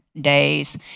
days